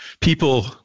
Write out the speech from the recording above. people